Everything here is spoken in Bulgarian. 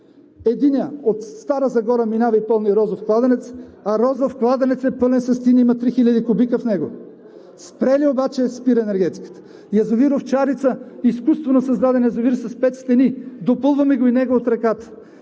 Единият от Стара Загора минава и пълни „Розов кладенец“, а „Розов кладенец“ е пълен с тиня и има 3000 кубика в него. Спрели обаче – спира енергетиката! Язовир „Овчарица“ – изкуствено създаден язовир, с пет стени, допълваме го и него от реката,